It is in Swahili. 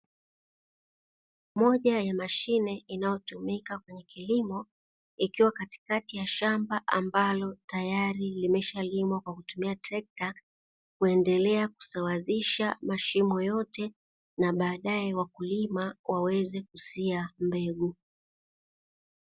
Moja ya mashine inayotumika kwenye kilimo, ikiwa katikati ya shamba ambalo tayari limeshalimwa kwa kutumia trekta, kuendelea kusawazisha mashimo yote na baadaye wakulima waweze kusia mbegu.